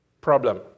problem